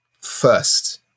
first